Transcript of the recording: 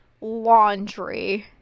Laundry